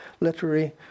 literary